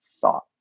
thought